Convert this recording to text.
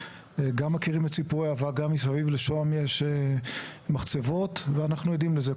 גם מכירים את סיפורי האבק גם מסביב לשוהם יש מחצבות ואנחנו עדים לזה,